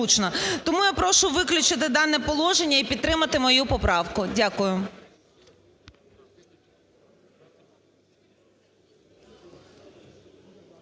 Тому я прошу виключити дане положення і підтримати мою поправку. Дякую.